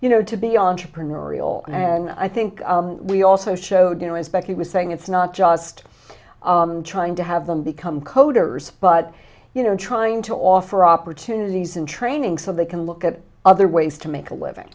you know to be entrepreneurial and i think we also showed you know respect he was saying it's not just trying to have them become coders but you know trying to offer opportunities and training so they can look at other ways to make a living